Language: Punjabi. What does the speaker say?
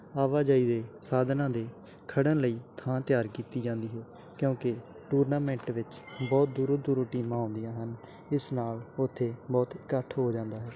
ਆਵਾਜਾਈ ਦੇ ਸਾਧਨਾਂ ਦੇ ਖੜ੍ਹਨ ਲਈ ਥਾਂ ਤਿਆਰ ਕੀਤੀ ਜਾਂਦੀ ਹੈ ਕਿਉਂਕਿ ਟੂਰਨਾਮੈਂਟ ਵਿੱਚ ਬਹੁਤ ਦੂਰੋਂ ਦੂਰੋਂ ਟੀਮਾਂ ਆਉਂਦੀਆਂ ਹਨ ਇਸ ਨਾਲ ਉੱਥੇ ਬਹੁਤ ਇਕੱਠ ਹੋ ਜਾਂਦਾ ਹੈ